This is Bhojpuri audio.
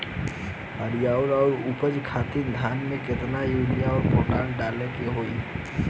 हरियाली और उपज खातिर धान में केतना यूरिया और पोटाश डाले के होई?